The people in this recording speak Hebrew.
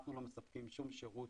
אנחנו לא מספקים שום שירות